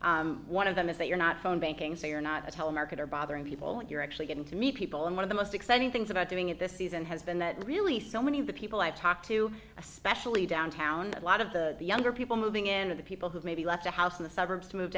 knocking one of them if they are not phone banking so you're not a telemarketer bothering people when you're actually getting to meet people and one of the most exciting things about doing it this season has been that really fell many of the people i talked to especially downtown a lot of the younger people moving in with the people who maybe left the house in the suburbs to move